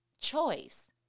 choice